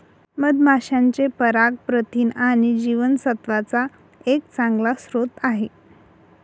मधमाशांचे पराग प्रथिन आणि जीवनसत्त्वांचा एक चांगला स्रोत आहे